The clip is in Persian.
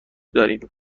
داریم